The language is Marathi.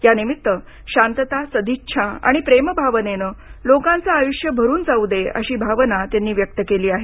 यानिमित्त शांतता सदिच्छा आणि प्रेमभावनेनं लोकांचं आयुष्य भरून जाऊ दे अशी भावना त्यांनी व्यक्त केली आहे